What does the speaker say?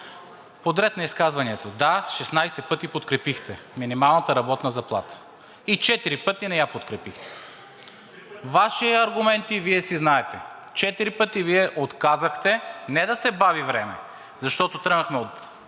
Подред на изказванията. Да, шестнадесет пъти подкрепихте минималната работна заплата и четири пъти не я подкрепихте. Ваши аргументи, Вие си знаете. Четири пъти Вие отказахте не да се бави време, защото тръгнахме от